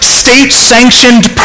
state-sanctioned